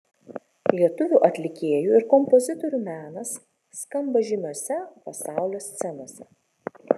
lietuvių atlikėjų ir kompozitorių menas skamba žymiose pasaulio scenose